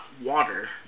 water